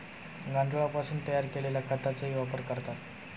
गांडुळापासून तयार केलेल्या खताचाही वापर करतात